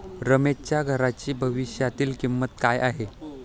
रमेशच्या घराची भविष्यातील किंमत काय आहे?